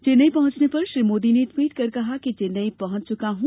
चेन्नई पहुंचने पर श्री मोदी ने ट्वीट कर कहा चेन्नई पहुंच चुका हूं